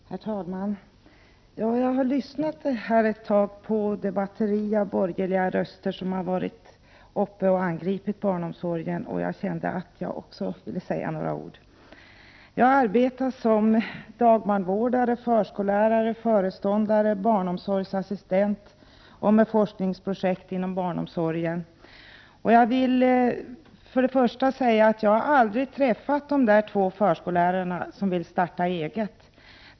Herr talman! Jag har lyssnat ett tag på det batteri av borgerliga röster som har varit uppe och angripit barnomsorgen, och jag kände att jag också ville säga några ord. Jag har arbetat som dagbarnvårdare, förskollärare, föreståndare, barnomsorgsassistent och med forskningsprojekt inom barnomsorgen, och jag vill först och främst säga att jag aldrig har träffat förskollärarna som vill starta eget.